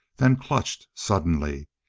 then clutched suddenly,